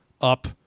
up